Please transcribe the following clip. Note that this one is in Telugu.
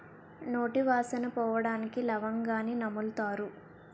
నోటి వాసన పోవడానికి లవంగాన్ని నములుతారు